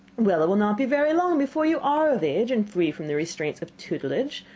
well, it will not be very long before you are of age and free from the restraints of tutelage.